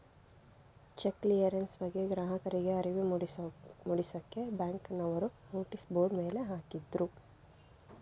check clearance ಬಗ್ಗೆ ಗ್ರಾಹಕರಿಗೆ ಅರಿವು ಮೂಡಿಸಕ್ಕೆ ಬ್ಯಾಂಕ್ನವರು ನೋಟಿಸ್ ಬೋರ್ಡ್ ಮೇಲೆ ಹಾಕಿದ್ರು